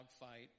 dogfight